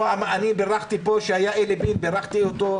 אני בירכתי פה, כשהיה אלי בין, על